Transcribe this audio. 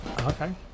Okay